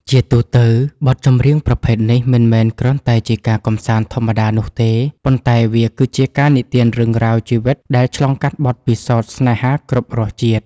ជាទូទៅ បទចម្រៀងប្រភេទនេះមិនមែនគ្រាន់តែជាការកម្សាន្តធម្មតានោះទេ ប៉ុន្តែវាគឺជាការនិទានរឿងរ៉ាវជីវិតដែលឆ្លងកាត់បទពិសោធន៍ស្នេហាគ្រប់រសជាតិ។